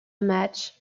match